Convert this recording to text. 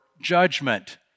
judgment